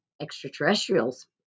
extraterrestrials